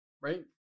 Right